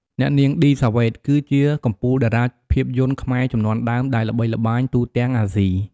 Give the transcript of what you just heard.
អ្នកនាង ឌី សាវ៉េត គឺជាកំពូលតារាភាពយន្តខ្មែរជំនាន់ដើមដែលល្បីល្បាញទូទាំងអាស៊ី។